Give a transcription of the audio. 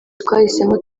twahisemo